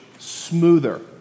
smoother